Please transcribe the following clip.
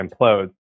implodes